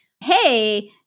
hey